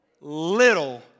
little